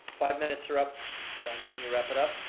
five minutes are up john, can you wrap it up?